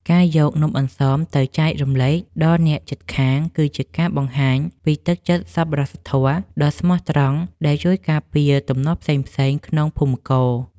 ការយកនំអន្សមទៅចែករំលែកដល់អ្នកជិតខាងគឺជាការបង្ហាញពីទឹកចិត្តសប្បុរសធម៌ដ៏ស្មោះត្រង់ដែលជួយការពារទំនាស់ផ្សេងៗក្នុងភូមិករ។